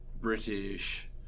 British